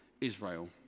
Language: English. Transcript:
Israel